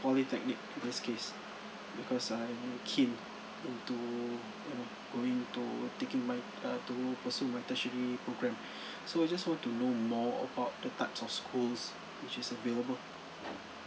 polytechnic in this case because I'm keen into you know going to taking my uh to pursue my tertiary programme so I just want to know more of uh the types of schools which is available